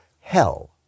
Hell